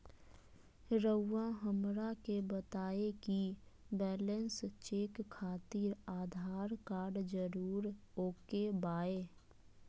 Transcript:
रउआ हमरा के बताए कि बैलेंस चेक खातिर आधार कार्ड जरूर ओके बाय?